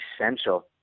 essential